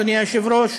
אדוני היושב-ראש.